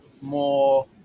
more